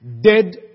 Dead